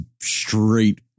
straight